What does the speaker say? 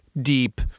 deep